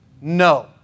No